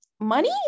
money